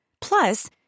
Plus